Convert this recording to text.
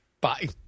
Bye